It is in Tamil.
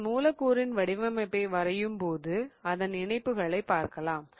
நான் மூலக்கூறின் வடிவமைப்பை வரையும் போது அதன் இணைப்புகளை பார்க்கலாம்